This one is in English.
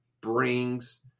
brings